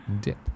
Dip